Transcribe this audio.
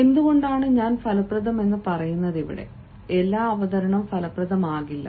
എന്തുകൊണ്ടാണ് ഞാൻ ഫലപ്രദമെന്ന് പറയുന്നത് എല്ലാ അവതരണവും ഫലപ്രദമാകില്ല